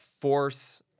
force